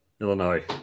Illinois